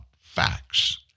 facts